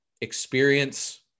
experience